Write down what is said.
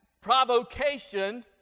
provocation